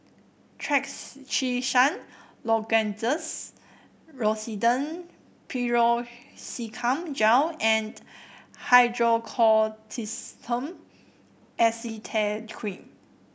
Trachisan Lozenges Rosiden Piroxicam Gel and Hydrocortisone Acetate Cream